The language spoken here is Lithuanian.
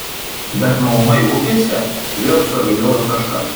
bet maumai upėse vėl suabejojo kažkas